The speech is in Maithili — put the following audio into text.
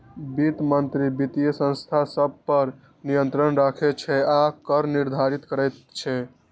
वित्त मंत्री वित्तीय संस्था सभ पर नियंत्रण राखै छै आ कर निर्धारित करैत छै